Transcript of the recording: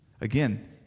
Again